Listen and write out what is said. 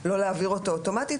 אז לא להעביר אותו אוטומטית,